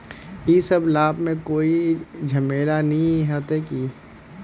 इ सब लाभ में कोई झमेला ते नय ने होते?